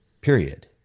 Period